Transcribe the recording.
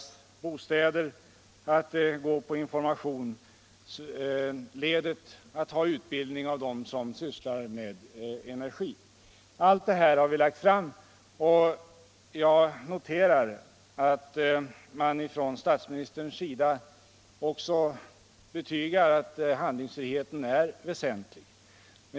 Vi måste vidta åtgärder i informationsledet och ge utbildning åt dem som sysslar med energi. Allt detta har vi lagt fram förslag om, och jag noterar att statsministern också betygar att handlingsfriheten är väsentlig.